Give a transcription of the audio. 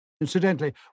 Incidentally